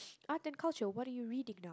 art and culture what are you reading now